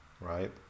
right